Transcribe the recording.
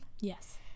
Yes